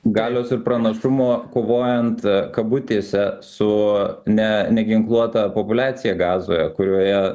galios ir pranašumo kovojant kabutėse su ne neginkluota populiacija gazoje kurioje